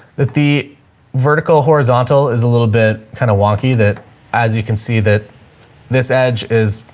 that the vertical horizontal is a little bit kind of wonky that as you can see that this edge is,